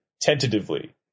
tentatively